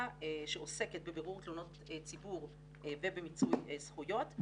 שעוסקת בבירור תלונות ציבור ובמיצוי זכויות,